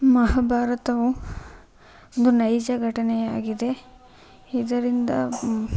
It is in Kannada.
ಮಹಾಭಾರತವು ಒಂದು ನೈಜ ಘಟನೆಯಾಗಿದೆ ಇದರಿಂದ